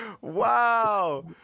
Wow